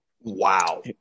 Wow